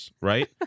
right